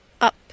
up